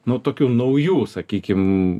nu tokių naujų sakykim